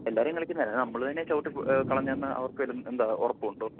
എല്ലാവരും കളിക്കുന്ന അതിന് നമ്മൾ തന്നെയാണ് ചവിട്ടി കളഞ്ഞതെന്ന് അവർക്കാരും എന്താ ഉറപ്പുമുണ്ടോ